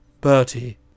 Bertie